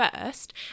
first